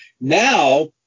now